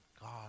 God